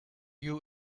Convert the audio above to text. you